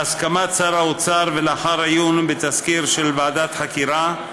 בהסכמת שר האוצר ולאחר עיון בתסקיר של ועדת חקירה,